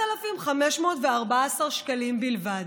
7,514 שקלים בלבד?